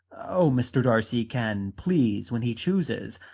oh, mr. darcy can please when he chooses.